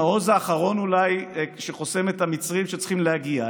המעוז האחרון אולי שחוסם את המצרים שצריכים להגיע,